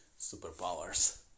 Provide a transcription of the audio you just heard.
superpowers